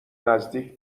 نزدیک